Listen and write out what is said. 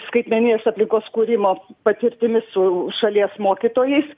skaitmeninės aplinkos kūrimo patirtimi su šalies mokytojais